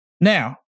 Now